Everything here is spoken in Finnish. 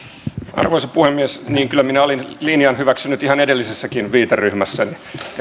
arvoisa puhemies niin kyllä minä olin linjan hyväksynyt ihan edellisessäkin viiteryhmässäni